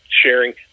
Sharing